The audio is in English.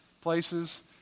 places